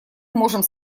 можем